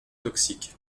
toxiques